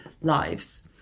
lives